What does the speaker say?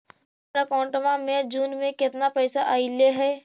हमर अकाउँटवा मे जून में केतना पैसा अईले हे?